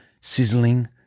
sizzling